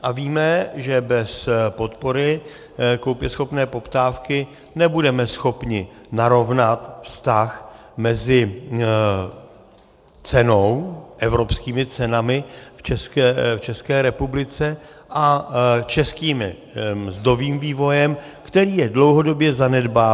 A víme, že bez podpory koupěschopné poptávky nebudeme schopni narovnat vztah mezi cenou, evropskými cenami v České republice a českým mzdovým vývojem, který je dlouhodobě zanedbáván.